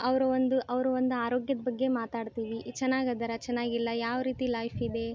ಅವರ ಒಂದು ಅವ್ರ ಒಂದು ಆರೋಗ್ಯದ ಬಗ್ಗೆ ಮಾತಾಡ್ತೀವಿ ಚೆನ್ನಾಗಿ ಅದರ ಚೆನ್ನಾಗಿ ಇಲ್ಲ ಯಾವ ರೀತಿ ಲೈಫ್ ಇದೆ